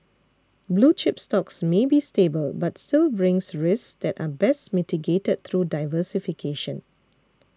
blue chip stocks may be stable but still brings risks that are best mitigated through diversification